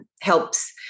helps